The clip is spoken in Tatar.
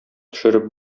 төшереп